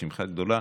בשמחה גדולה.